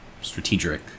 Strategic